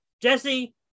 Jesse